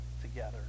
together